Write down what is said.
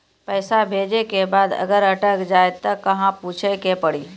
पैसा भेजै के बाद अगर अटक जाए ता कहां पूछे के पड़ी?